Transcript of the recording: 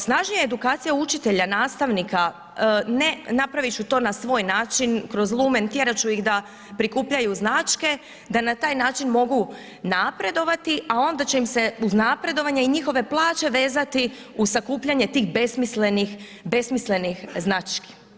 Snažnija edukacija učitelja, nastavnika, ne, napraviti ću to na svoj način kroz lumen, tjerati ću ih da prikupljaju značke da na taj način moraju napredovati a onda će im se uz napredovanja i njihove plaće vezati uz sakupljanje tih besmislenih znački.